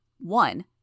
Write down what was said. One